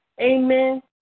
amen